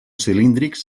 cilíndrics